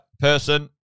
person